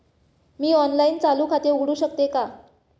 मी online चालू खाते उघडू शकते का?